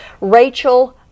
Rachel